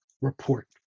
report